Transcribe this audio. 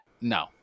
no